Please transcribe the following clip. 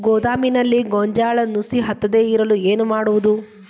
ಗೋದಾಮಿನಲ್ಲಿ ಗೋಂಜಾಳ ನುಸಿ ಹತ್ತದೇ ಇರಲು ಏನು ಮಾಡುವುದು?